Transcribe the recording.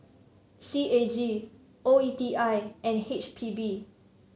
C A G O E T I and H P B